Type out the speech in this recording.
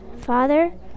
Father